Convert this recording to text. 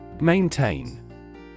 Maintain